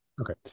okay